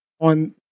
on